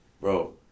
bro